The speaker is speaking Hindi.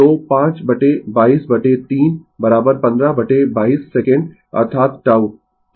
तो 5223 1522 सेकंड अर्थात τ